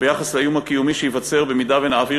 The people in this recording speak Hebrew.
ביחס לאיום הקיומי שייווצר אם נעביר